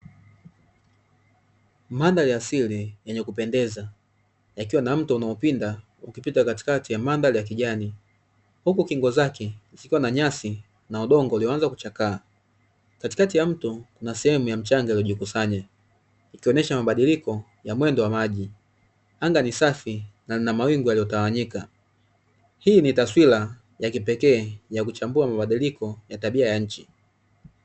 Mandhari ya asili, yenye kupendeza, yakiwa na mto unaopinda ukipita katikati ya mandhari ya kijani, huku kingo zake zilikuwa na nyasi na udongo; ulianza kuchakaa katikati ya mto na sehemu ya mchanga uliojikusanya, ikionyesha mabadiliko ya mwendo wa maji. Anga ni safi na nina mawingu yaliyotawanyika; hii ni taswira ya kipekee ya kuchambua mabadiliko ya tabia ya nchi.